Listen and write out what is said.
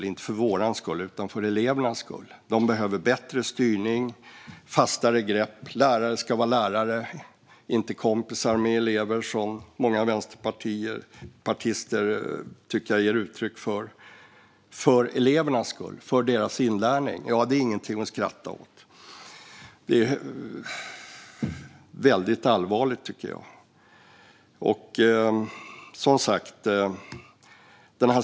Det är inte för vår skull utan för elevernas skull; de behöver bättre styrning och ett fastare grepp. Lärare ska vara lärare, inte kompisar med elever, vilket är en åsikt som jag tycker att många vänsterpartister ger uttryck för. Det är för elevernas och deras inlärnings skull. Det är inget att skratta åt, Samuel Gonzalez Westling. Det är väldigt allvarligt, tycker jag.